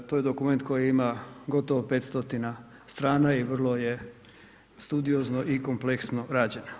To je dokument koji ima gotovo 500 strana i vrlo je studiozno i kompleksno rađen.